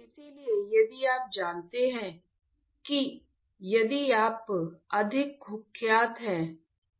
इसलिए यदि आप जानते हैं कि यदि आप अधिक कुख्यात हैं